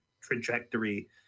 trajectory